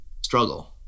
struggle